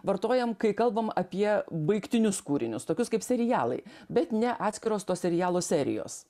vartojam kai kalbam apie baigtinius kūrinius tokius kaip serialai bet ne atskiros to serialo serijos